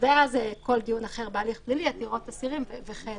ואז כל דיון אחר בהליך פלילי עתירות אסירים וכן